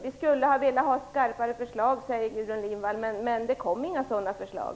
Vi skulle ha velat ha skarpare förslag, säger Gudrun Lindvall. Men det kom inga sådana förslag.